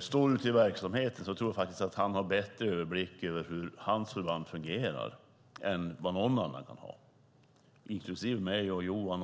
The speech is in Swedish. står ute i verksamheten, och jag tror att han har bättre överblick över hur hans förband fungerar än vad någon annan kan ha, inklusive mig och Johan.